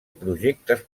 projectes